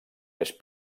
més